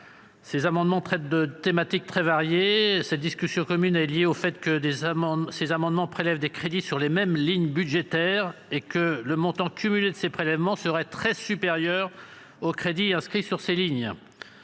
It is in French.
Ces amendements traitent de thématiques très variées. Cette discussion commune est liée au fait que ces amendements visent à prélever des crédits sur les mêmes lignes budgétaires et que le montant cumulé de ces prélèvements serait très supérieur aux crédits inscrits à ces lignes.